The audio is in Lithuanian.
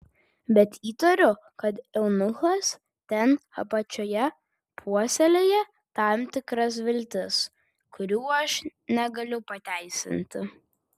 bet įtariu kad eunuchas ten apačioje puoselėja tam tikras viltis kurių aš negaliu pateisinti